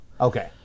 Okay